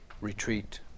retreat